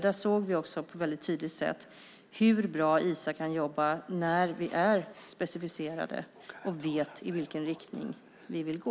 Där såg vi också på ett väldigt tydligt sätt hur bra Isa kan jobba när vi är specialiserade och vet i vilken riktning vi vill gå.